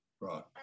Right